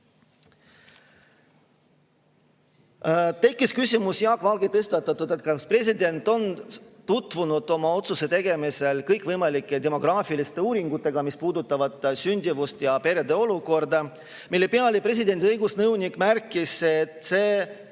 Tekkis küsimus – Jaak Valge tõstatas selle –, kas president on tutvunud oma otsuse tegemisel kõikvõimalike demograafiliste uuringutega, mis puudutavad sündimust ja perede olukorda. Selle peale presidendi õigusnõunik märkis, et